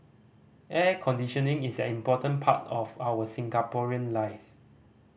air conditioning is an important part of our Singaporean life